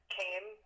came